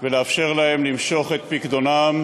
ולאפשר להם למשוך את פיקדונם